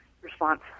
response